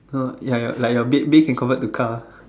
no ya ya like your bed bed can convert to car